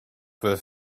with